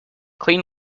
clean